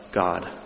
God